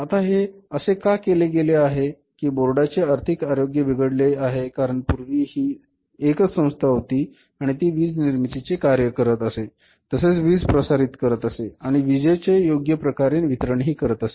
आता हे असे का केले गेले आहे की बोर्डांचे आर्थिक आरोग्य बिघडले आहे कारण पूर्वी ही एकच संस्था होती आणि ती वीज निर्मिती चे कार्य करत असे तसेच वीज प्रसारित करत असे आणि विजेचे योग्य प्रकारे वितरण हि करत असे